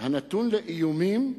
הנתון לאיומים.